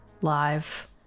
live